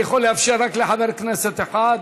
אני יכול לאפשר רק לחבר כנסת אחד.